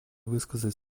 высказать